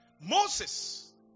Moses